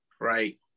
right